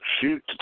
shoot